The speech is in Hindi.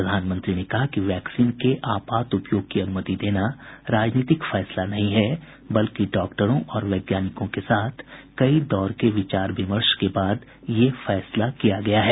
प्रधानमंत्री ने कहा कि वैक्सीन के आपात उपयोग की अनुमति देना राजनीतिक फैसला नहीं है बल्कि डॉक्टरों और वैज्ञानिकों के साथ कई दौर के विचार विमर्श के बाद यह फैसला किया गया है